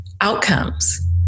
outcomes